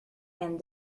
and